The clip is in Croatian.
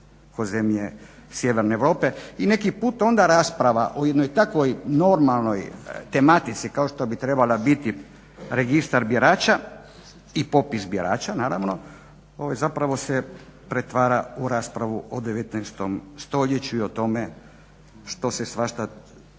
kao zemlje sjeverne Europe i neki put onda rasprava o jednoj takvoj normalnoj tematici kao što bi trebala biti registar birača i popis birača naravno ovo se zapravo pretvara u raspravu o 19.stoljeću i o tome što se svašta